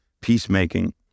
peacemaking